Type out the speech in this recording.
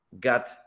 got